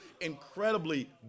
incredibly